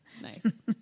nice